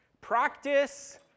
Practice